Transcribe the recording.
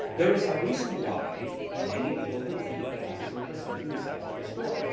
there is a reason why many people believe that this is representing the size of this storm.